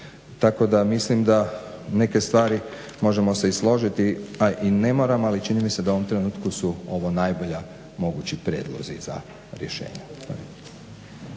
Tako da mislim da neke stvari možemo se i složiti a i ne moramo ali čini mi se da u ovom trenutku su ovo najbolji mogući prijedlozi za rješenja.